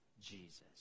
Jesus